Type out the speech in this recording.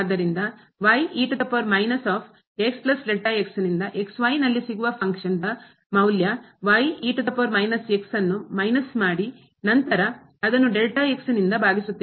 ಆದ್ದರಿಂದ ನಿಂದ ನಲ್ಲಿ ಸಿಗುವ ಫಂಕ್ಷನ್ ಕಾರ್ಯದ ಮೌಲ್ಯ ವನ್ನು ಮೈನಸ್ ಮಾಡಿ ನಂತರ ಅದನ್ನು ನಿಂದ ಭಾಗಿಸುತ್ತೇವೆ